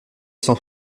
sans